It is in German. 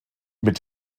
mit